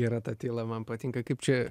gera ta tyla man patinka kaip čia